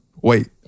wait